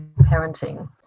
parenting